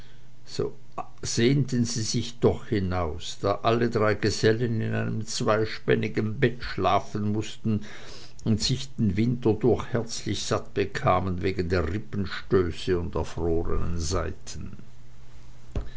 so sehnten sie sich doch hinaus da alle drei gesellen in einem zweispännigen bett schlafen mußten und sich den winter durch herzlich satt bekamen wegen der rippenstöße und erfrorenen seiten